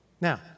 Now